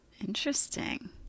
interesting